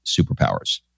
superpowers